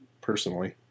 Personally